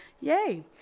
Yay